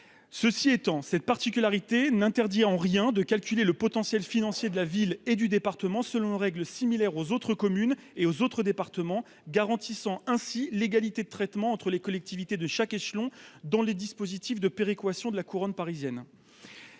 ceci étant, cette particularité n'interdit en rien de calculer le potentiel financier de la ville et du département, selon une règle similaire aux autres communes et aux autres départements, garantissant ainsi l'égalité de traitement entre les collectivités de chaque échelon dans les dispositifs de péréquation de la couronne parisienne,